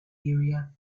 area